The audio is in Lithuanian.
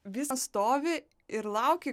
visas stovi ir lauki